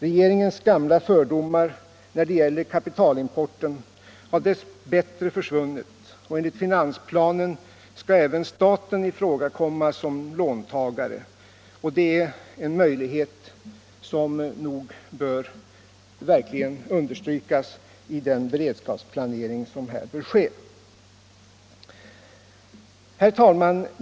Regeringens gamla fördomar när det gäller kapitalimporten har dess bättre försvunnit. Enligt finansplanen skall även staten ifrågakomma som låntagare, och det är en möjlighet som nog bör understrykas i beredskapsplaneringen. Herr talman!